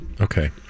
okay